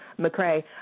McCray